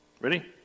Ready